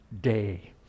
day